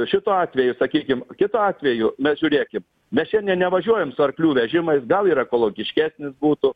šituo atveju sakykim kitu atveju mes žiūrėkim mes šiandien nevažiuojam su arklių vežimais gal ir ekologiškesnis būtų